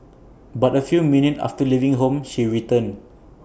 but A few minutes after leaving home she returned